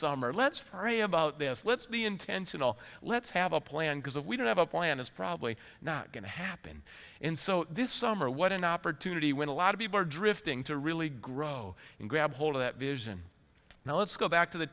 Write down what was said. summer let's pray about this let's be intentional let's have a plan because if we don't have a plan it's probably not going to happen in so this summer what an opportunity when a lot of people are drifting to really grow and grab hold of that vision now let's go back to the